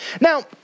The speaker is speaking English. Now